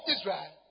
Israel